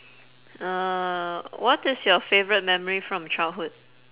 uh what is your favourite memory from childhood